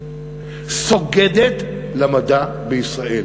סוגדת למדע בישראל,